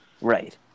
Right